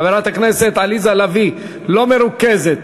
חברת הכנסת עליזה לביא לא מרוכזת.